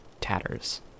tatters